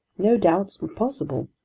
no doubts were possible!